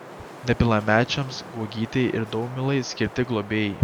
nepilnamečiams guogytei ir daumilai skirti globėjai